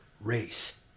race